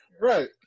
Right